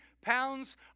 pounds